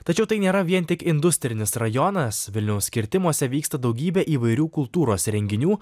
tačiau tai nėra vien tik industrinis rajonas vilniaus kirtimuose vyksta daugybė įvairių kultūros renginių